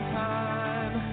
time